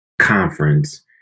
conference